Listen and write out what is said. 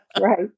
Right